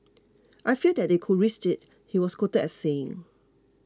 I fear that they could risk it he was quoted as saying